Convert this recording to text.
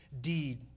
deed